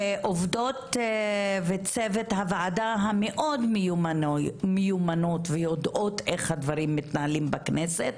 עובדות וצוות הוועדה המאוד מיומנות שיודעות איך הדברים מתנהלים בכנסת,